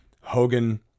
Hogan